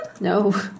No